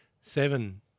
Seven